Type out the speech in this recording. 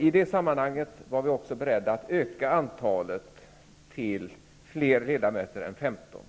I det sammanhanget var vi också beredda att öka antalet platser till fler än 15.